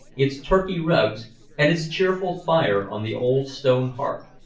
its turkey rugs and its cheerful fire on the old stone hearth.